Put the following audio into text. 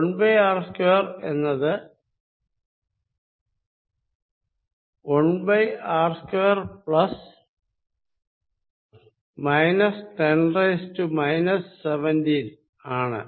1r2 എന്നത് 1r2 10 17 ആണ്